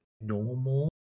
normal